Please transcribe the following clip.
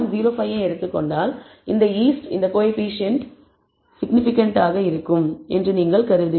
05 ஐ எடுத்துக் கொண்டால் இந்த ஈஸ்ட் இந்த கோஎஃபீஷியேன்ட் சிக்னிபிகன்ட் ஆக இருக்கும் என்று நீங்கள் கருதுவீர்கள்